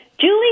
Julie